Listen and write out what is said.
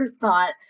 thought